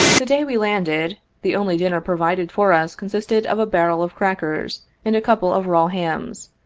the day we landed, the only dinner provided for us consisted of a barrel of crackers and a couple of raw hams,